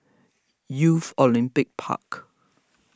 Youth Olympic Park